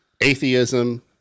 atheism